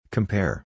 Compare